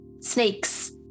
snakes